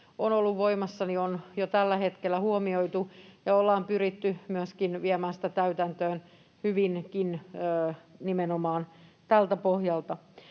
on ollut voimassa, on jo tällä hetkellä huomioitu, ja ollaan pyritty myöskin viemään sitä täytäntöön hyvinkin nimenomaan tältä pohjalta.